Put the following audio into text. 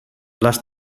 les